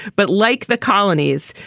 but like the colonies,